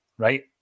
right